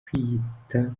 kwiyita